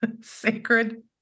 sacred